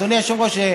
אדוני היושב-ראש,